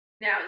Now